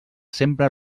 sempre